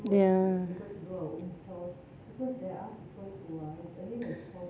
ya